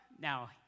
now